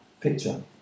Picture